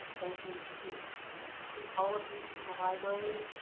thank you to ah to all of you from the library.